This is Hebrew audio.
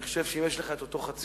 אני חושב שאם יש לך אותו 0.5%,